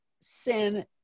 sin